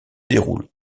déroule